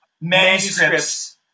manuscripts